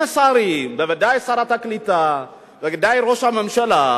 משרים, בוודאי שרת הקליטה, בוודאי ראש הממשלה,